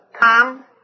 Tom